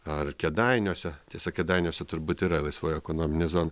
ar kėdainiuose tiesa kėdainiuose turbūt yra laisvoji ekonominė zona